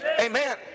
Amen